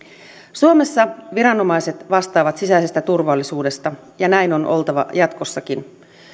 suomessa viranomaiset vastaavat sisäisestä turvallisuudesta ja näin on oltava jatkossakin